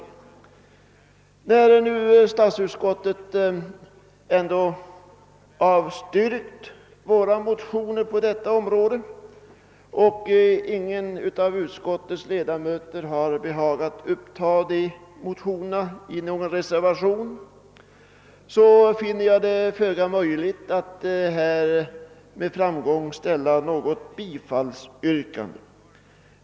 Med hänsyn till att statsutskottet avstyrkt våra motioner på detta område utan att någon av utskottets ledamöter velat följa upp dem i en reservation finner jag det föga möjligt att med framgång ställa något bifallsyrkande.